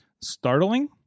startling